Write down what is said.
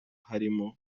harimo